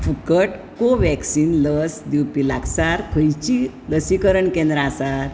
फुकट कोवॅक्सीन लस दिवपी लागसार खंयचीं लसीकरण केंद्रां आसात